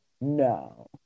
No